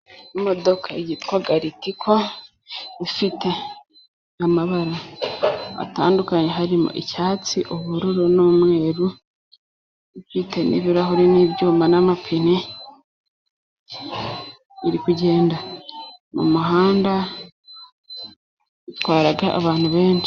Imodokadoka yitwa ritiko ifite amabara atandukanye harimo icyatsi, ubururu n'umweru bwite n'ibirahuri n'ibyuma n'amapine iri kugenda mu muhanda itwara abantu benshi.